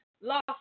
Lost